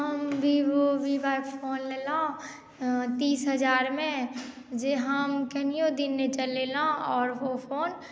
हम Vivo V five phone लेलहुँ तीस हजारमे जे हम कनियो दिन नहि चलेलहुँ आओर ओ फोन